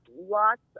lots